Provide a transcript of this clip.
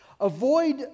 Avoid